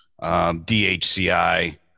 DHCI